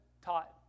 taught